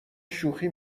شوخی